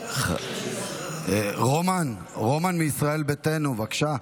רומן מישראל ביתנו, בבקשה,